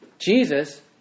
Jesus